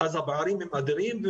הפערים הם אדירים.